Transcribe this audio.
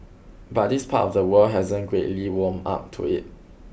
but this part of the world hasn't greatly warmed up to it